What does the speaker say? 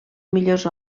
millors